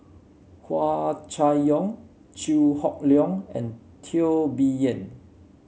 Hua Chai Yong Chew Hock Leong and Teo Bee Yen